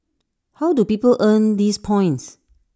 how do people earn these points